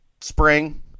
spring